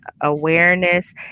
awareness